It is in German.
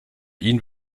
ihn